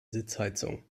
sitzheizung